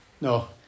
no